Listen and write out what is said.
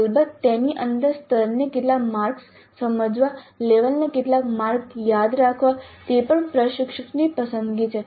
અલબત્ત તેની અંદર સ્તરને કેટલા માર્ક્સ સમજવા લેવલને કેટલા માર્ક્સ યાદ રાખવા તે પણ પ્રશિક્ષકની પસંદગી છે